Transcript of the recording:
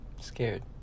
Scared